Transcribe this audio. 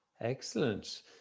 excellent